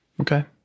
okay